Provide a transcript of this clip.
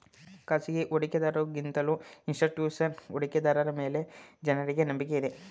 ಖಾಸಗಿ ಹೂಡಿಕೆದಾರರ ಗಿಂತಲೂ ಇನ್ಸ್ತಿಟ್ಯೂಷನಲ್ ಹೂಡಿಕೆದಾರರ ಮೇಲೆ ಜನರಿಗೆ ನಂಬಿಕೆ ಇದೆ